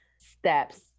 steps